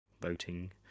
voting